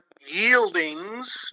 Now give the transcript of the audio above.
yieldings